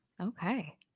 Okay